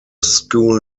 school